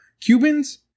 Cubans